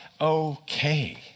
okay